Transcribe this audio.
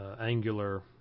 angular